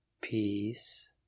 peace